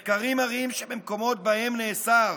מחקרים מראים שבמקומות שבהם נאסר